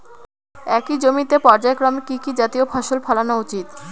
একই জমিতে পর্যায়ক্রমে কি কি জাতীয় ফসল ফলানো উচিৎ?